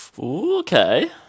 Okay